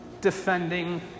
defending